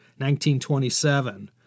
1927